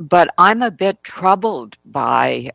but i'm a bit troubled by